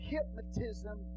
Hypnotism